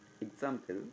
Example